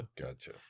gotcha